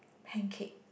pancake